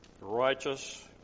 righteous